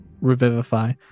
revivify